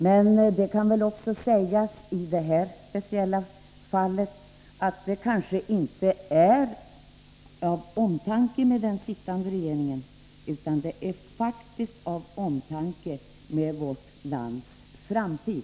Men i detta speciella fall kan det väl sägas att detta inte sker av omtanke om den sittande regeringen utan faktiskt av omtanke om vårt lands framtid.